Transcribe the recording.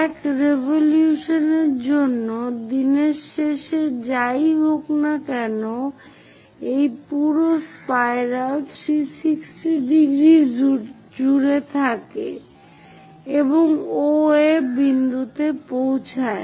এক রেভোলুয়েশন এর জন্য দিনের শেষ যাই হোক না কেন এই পুরো স্পাইরাল 360° জুড়ে থাকে এবং OA বিন্দুতে পৌঁছায়